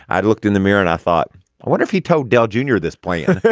i'd looked in the mirror and i thought i wonder if he told dale junior this plane